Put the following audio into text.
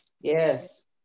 Yes